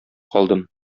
калдым